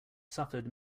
suffered